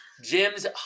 Jim's